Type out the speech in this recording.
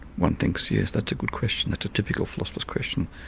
one thinks yes, that's a good question, that's a typical philosopher's question.